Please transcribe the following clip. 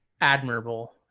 admirable